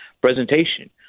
presentation